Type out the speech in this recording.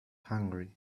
hungry